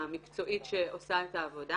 המקצועית שעושה את העבודה.